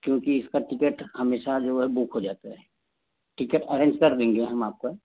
क्योंकि इसका टिकेट हमेशा जो है बुक हो जाता है टिकट अरेंज कर देंगे हम आपका